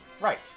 Right